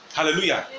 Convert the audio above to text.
Hallelujah